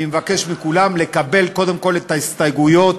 אני מבקש מכולם לקבל קודם כול את ההסתייגויות,